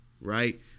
Right